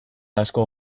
asko